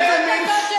איזו מין שטות?